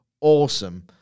Awesome